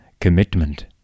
commitment